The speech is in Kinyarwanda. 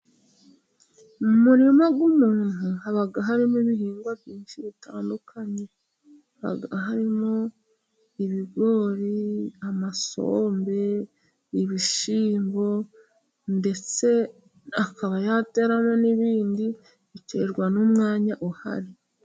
Mu murima w'umuntu haba harimo ibihingwa byinshi bitandukanye harimo ibigori , amasombe ,ibishimbo ndetse akaba yateramo n'ibindi biterwa n'umwanya uhari.